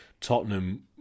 Tottenham